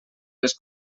les